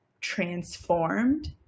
transformed